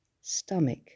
stomach